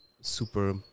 super